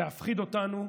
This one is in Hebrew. להפחיד אותנו,